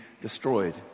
destroyed